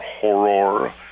horror